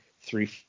three